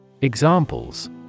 Examples